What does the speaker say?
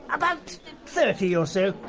about thirty or so.